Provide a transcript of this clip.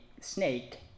snake